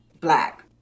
black